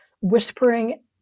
whispering